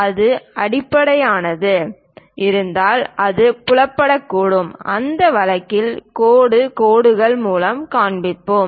அது வெளிப்படையானதாக இருந்தால் அது புலப்படக்கூடும் அந்த வழக்கில் கோடு கோடுகள் மூலம் காண்பிப்போம்